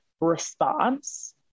response